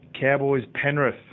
Cowboys-Penrith